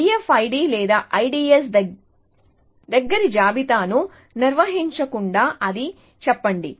DFID లేదా IDS దగ్గరి జాబితాను నిర్వహించకుండా అని చెప్పండి